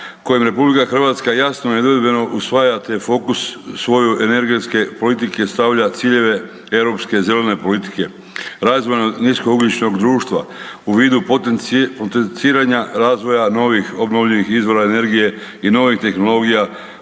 kojim RH jasno i nedvojbeno usvaja te fokus svoju energetske politike stavlja ciljeve europske zelene politike, razvoja nisko ugljičnog društva u vidu potenciranja razvoja novih obnovljivih energije i novih tehnologija